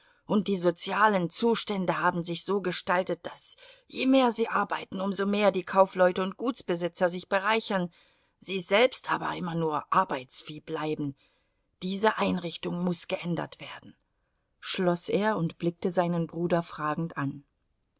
und die sozialen zustände haben sich so gestaltet daß je mehr sie arbeiten um so mehr die kaufleute und gutsbesitzer sich bereichern sie selbst aber immer nur arbeitsvieh bleiben diese einrichtung muß geändert werden schloß er und blickte seinen bruder fragend an